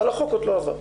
אבל החוק עוד לא עבר.